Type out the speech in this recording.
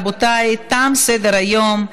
רבותי, תם סדר-היום.